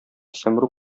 сәмруг